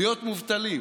להיות מובטלים.